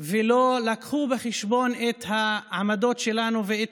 ולא הביאו בחשבון את העמדות שלנו ואת